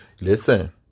listen